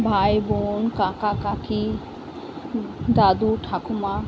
ভাই বোন কাকা কাকি দাদু ঠাকুমা